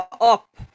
up